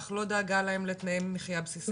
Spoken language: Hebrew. אך לא דאגה להם לתנאיי מחייה בסיסיים.